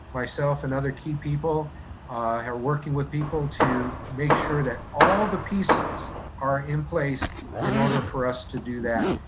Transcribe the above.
myself, and other key people are working with people to make sure that all the pieces are in place in order for us to do that.